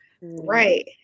Right